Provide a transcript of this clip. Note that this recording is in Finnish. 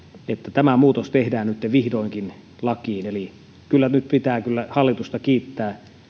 tämä muutos tehdään nyt vihdoinkin lakiin eli kyllä nyt pitää hallitusta kiittää